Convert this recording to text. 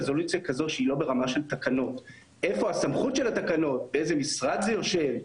יותר ברורה ולראות לאיזה תקן אנחנו משווים את